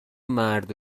مرد